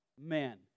man